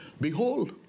Behold